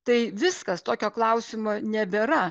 tai viskas tokio klausimo nebėra